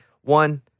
One